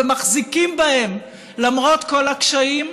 ומחזיקים בהם למרות כל הקשיים.